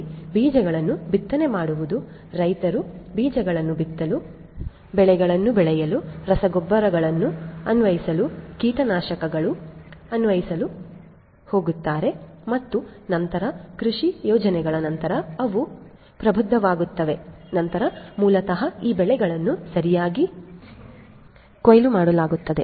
ಆದ್ದರಿಂದ ಬೀಜಗಳನ್ನು ಬಿತ್ತನೆ ಮಾಡುವುದು ರೈತರು ಬೀಜಗಳನ್ನು ಬಿತ್ತಲು ಬೆಳೆಗಳನ್ನು ಬೆಳೆಯಲು ರಸಗೊಬ್ಬರಗಳನ್ನು ಅನ್ವಯಿಸಲು ಕೀಟನಾಶಕಗಳನ್ನು ಅನ್ವಯಿಸಲು ಹೋಗುತ್ತಾರೆ ಮತ್ತು ನಂತರ ಕೃಷಿ ಯೋಜನೆಗಳ ನಂತರ ಅವು ಪ್ರಬುದ್ಧವಾಗುತ್ತವೆ ನಂತರ ಮೂಲತಃ ಈ ಬೆಳೆಗಳನ್ನು ಸರಿಯಾಗಿ ಕೊಯ್ಲು ಮಾಡಲಾಗುತ್ತದೆ